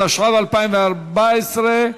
התשע"ה 2014,